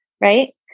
Right